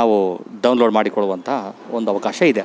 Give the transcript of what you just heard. ನಾವು ಡೌನ್ಲೋಡ್ ಮಾಡಿಕೊಳ್ಳುವಂಥ ಒಂದು ಅವಕಾಶ ಇದೆ